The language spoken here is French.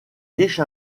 riche